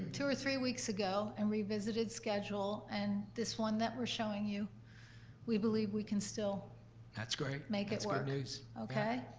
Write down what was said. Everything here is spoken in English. two or three weeks ago and revisited schedule, and this one that we're showing you we believe we can still that's great. make it sort of okay?